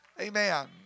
Amen